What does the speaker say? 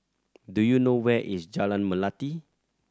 do you know where is Jalan Melati